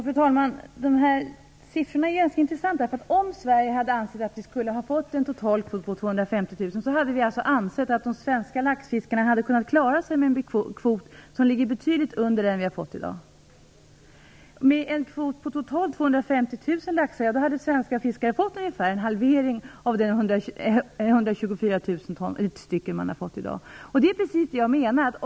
Fru talman! Siffrorna är ganska intressanta. Om Sverige hade ansett att vi borde ha fått en total kvot på 250 000 hade vi ansett att de svenska laxfiskarna kunnat klara sig med en kvot som ligger betydligt under den vi i dag har fått. Med en kvot på totalt 250 000 laxar hade svenska fiskare fått ungefär en halvering av de 124 000 man har fått i dag. Det är precis det jag menar.